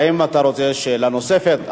האם אתה רוצה שאלה נוספת?